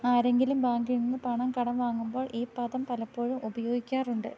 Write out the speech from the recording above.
ആരെങ്കിലും ബാങ്കിൽ നിന്ന് പണം കടം വാങ്ങുമ്പോൾ ഈ പദം പലപ്പോഴും ഉപയോഗിക്കാറുണ്ട്